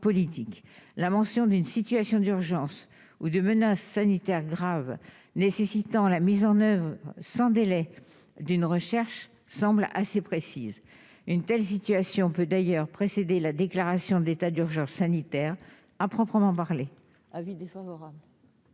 la mention d'une situation d'urgence ou de menaces sanitaires graves nécessitant la mise en oeuvre sans délai d'une recherche semble assez précise, une telle situation peut d'ailleurs précédé la déclaration de l'état d'urgence sanitaire à proprement parler